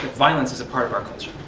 but violence is a part of our culture,